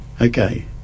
Okay